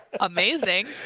Amazing